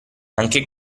anche